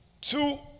two